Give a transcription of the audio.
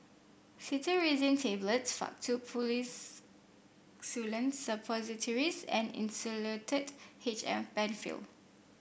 Cetirizine Tablets Faktu Policresulen Suppositories and Insulatard H M Penfill